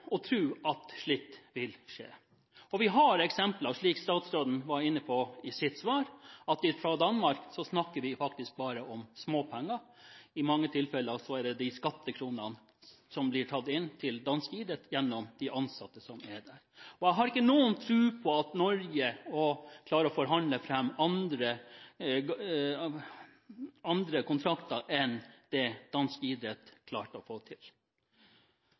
at slikt vil skje. Vi har eksempler fra Danmark, slik statsråden var inne på i sitt svar, på at vi faktisk bare snakker om småpenger – i mange tilfeller bare de skattekronene som blir tatt inn til dansk idrett gjennom de ansatte. Jeg har ikke noen tro på at Norge klarer å forhandle fram andre kontrakter enn det dansk idrett klarte å få til.